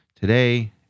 Today